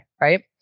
right